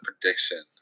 prediction